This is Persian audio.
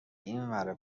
اینور